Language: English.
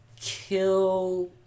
kill